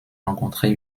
rencontré